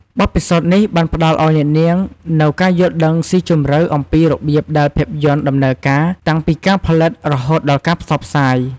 បទពិសោធន៍នេះបានផ្តល់ឱ្យអ្នកនាងនូវការយល់ដឹងស៊ីជម្រៅអំពីរបៀបដែលភាពយន្តដំណើរការ តាំងពីការផលិតរហូតដល់ការផ្សព្វផ្សាយ។